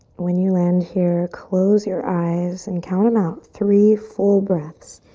when you land here, close your eyes and count them out, three full breaths.